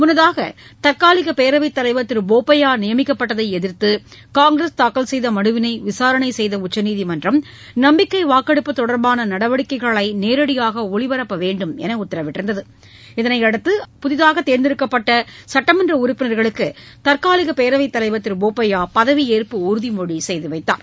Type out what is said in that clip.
முன்னதாக தற்காலிக பேரவைத் தலைவராக திரு போப்பையா நியமிக்கப்பட்டதை எதிர்த்து காங்கிரஸ் தாக்கல் செய்த மனுவினை விசாரணை செய்த உச்சநீதிமன்றம் நம்பிக்கை வாக்கெடுப்பு தொடர்பான நடவடிக்கைகளை நேரடியாக ஒளிபரப்ப வேண்டுமென்று உத்தரவிட்டிருந்தது அதளையடுத்து புதிதாக தேர்ந்தெடுக்கப்பட்ட சட்டமன்ற உறுப்பினர்களுக்கு தற்காலிக பேரவைத்தலைவர் திரு போப்பையா பதவியேற்பு உறுதிமொழி செய்துவைத்தார்